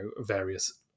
various